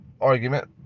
argument